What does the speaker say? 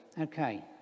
Okay